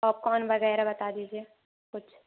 popcorn वगैरह बता दीजिए कुछ